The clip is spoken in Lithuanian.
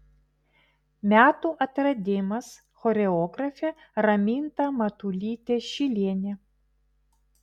metų atradimas choreografė raminta matulytė šilienė